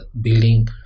building